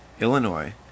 Illinois